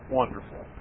wonderful